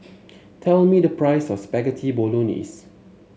tell me the price of Spaghetti Bolognese